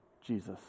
Jesus